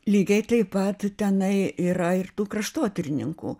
lygiai taip pat tenai yra ir tų kraštotyrininkų